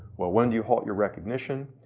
well, when do you halt your recognition?